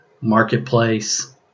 marketplace